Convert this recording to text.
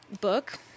book